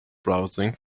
browsing